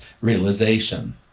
realization